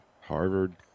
Harvard